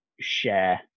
share